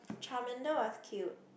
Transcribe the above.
Charmander was cute